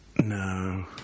No